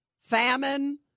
famine